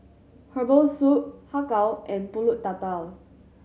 herbal soup Har Kow and Pulut Tatal